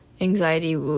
anxiety